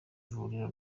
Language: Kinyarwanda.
vuriro